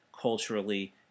culturally